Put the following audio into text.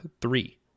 three